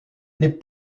les